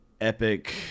epic